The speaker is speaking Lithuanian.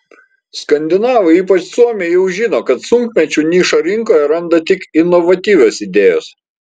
skandinavai ypač suomiai jau žino kad sunkmečiu nišą rinkoje randa tik inovatyvios idėjos